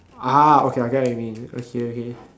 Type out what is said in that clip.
ah okay I get what you mean okay okay